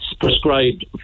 prescribed